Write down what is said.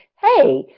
hey,